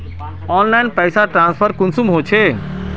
Online पैसा transfer कुंसम होचे?